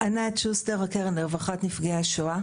ענת שוסטר, הקרן לרווחת נפגעי השואה.